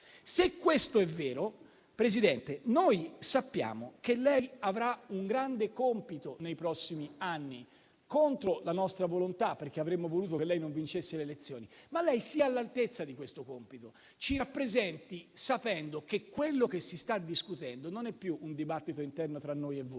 Se questo è vero, signor Presidente del Consiglio, noi sappiamo che lei avrà un grande compito nei prossimi anni, contro la nostra volontà, perché avremmo voluto che lei non vincesse le elezioni. Ma lei sia all'altezza di questo compito, ci rappresenti, sapendo che quello che si sta discutendo non è più un dibattito interno tra noi e voi,